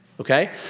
okay